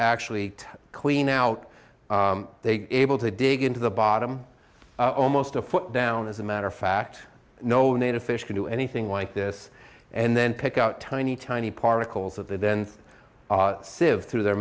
actually clean out they able to dig into the bottom almost a foot down as a matter of fact no native fish can do anything like this and then pick out tiny tiny particles that they then sieve through their